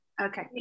Okay